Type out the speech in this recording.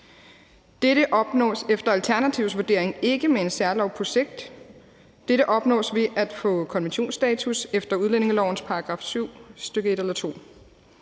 Dette opnås efter Alternativets vurdering ikke med en særlov på sigt. Dette opnås ved at få konventionsstatus efter udlændingelovens § 7, stk. 1 eller 2.